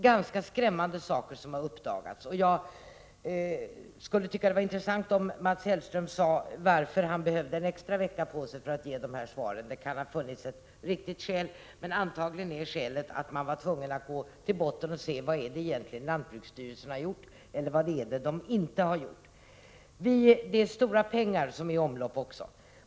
Det är skrämmande förhållanden som har uppdagats, och det vore intressant att få veta varför Mats Hellström behövde en vecka extra för att avge svaret. Det kan ha funnits andra skäl, men antagligen är skälet att man var tvungen att gå till botten med dessa frågor och se efter vad lantbruksstyrelsen egentligen har gjort eller vad den inte har gjort. Det är också stora pengar i omlopp.